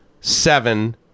seven